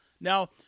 Now